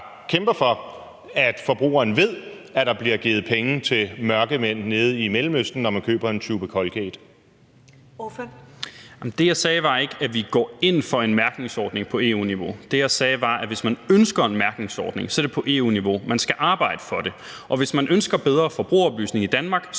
næstformand (Karen Ellemann): Ordføreren. Kl. 13:18 Carl Valentin (SF): Jamen det, jeg sagde, var ikke, at vi går ind for en mærkningsordning på EU-niveau. Det, jeg sagde, var, at hvis man ønsker en mærkningsordning, er det på EU-niveau, man skal arbejde for det. Og hvis man ønsker bedre forbrugeroplysning i Danmark, må